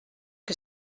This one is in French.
que